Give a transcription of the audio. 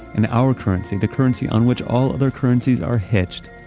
and our currency, the currency on which all other currencies are hitched,